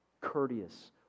courteous